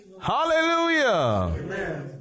Hallelujah